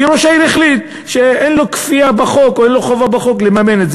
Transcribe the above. כי ראש העיר החליט שאין לו כפייה בחוק או אין לו חובה בחוק לממן את זה.